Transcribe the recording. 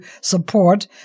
support